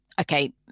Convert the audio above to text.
okay